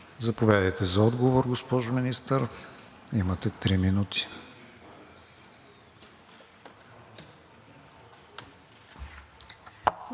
Заповядайте за отговор, госпожо Министър, имате три минути.